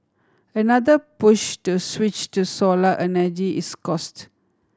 another push to switch to solar energy is cost